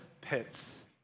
pits